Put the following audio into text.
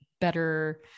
better